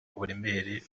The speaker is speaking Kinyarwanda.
uburemere